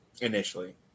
initially